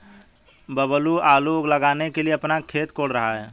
बबलू आलू लगाने के लिए अपना खेत कोड़ रहा है